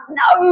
no